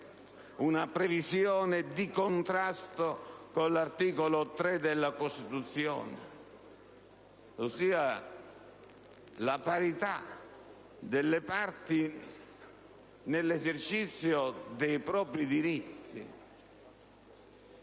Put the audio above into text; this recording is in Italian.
una previsione di contrasto con l'articolo 3 della Costituzione, ossia con la parità delle parti nell'esercizio dei propri diritti.